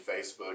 Facebook